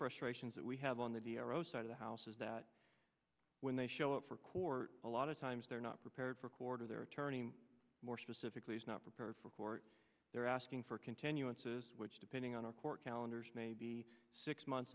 frustrations that we have on the d l road side of the house is that when they show up for court a lot of times they're not prepared for court of their attorney more specifically is not prepared for court they're asking for continuances which depending on our court calendars may be six months